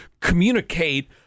communicate